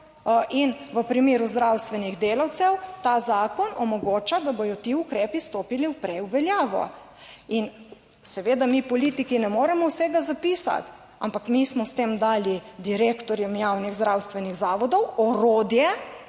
In v primeru zdravstvenih delavcev ta zakon omogoča, da bodo ti ukrepi stopili prej v veljavo. In seveda mi politiki ne moremo vsega zapisati, ampak mi smo s tem dali direktorjem javnih zdravstvenih zavodov orodje